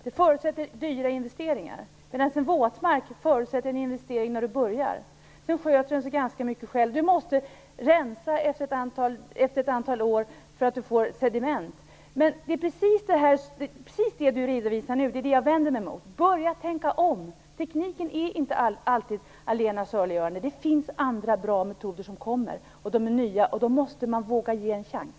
Det förutsätter dyra investeringar, medan en våtmark förutsätter en investering när man börjar, sedan sköter den sig ganska mycket själv. Man måste rensa efter ett antal år för att det bildas sediment. Precis det som Åsa Stenberg redovisar nu är det jag vänder mig emot. Börja tänka om! Tekniken är inte alltid det allena saliggörande, det kommer andra bra metoder. De är nya och dem måste man våga ge en chans.